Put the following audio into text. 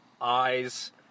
eyes